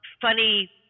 funny